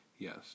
Yes